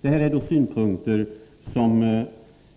Detta är synpunkter som